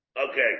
Okay